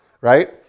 right